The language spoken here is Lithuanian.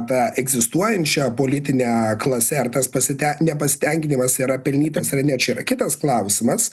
ta egzistuojančia politine klase ar tas pasite nepasitenkinimas yra pelnytas ar ne čia yra kitas klausimas